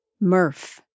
Murph